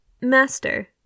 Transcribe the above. Master